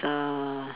uh